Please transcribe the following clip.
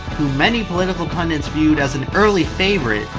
who many political pundits viewed as an early favorite,